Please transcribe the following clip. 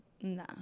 nah